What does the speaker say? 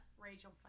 Rachel